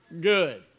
good